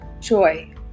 Joy